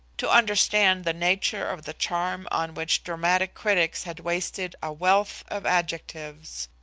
to understand the nature of the charm on which dramatic critics had wasted a wealth of adjectives,